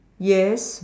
yes